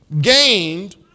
gained